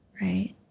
right